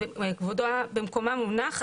כבודה במקומה מונח.